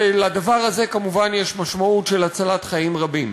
ולדבר הזה כמובן יש משמעות של הצלת חיים רבים.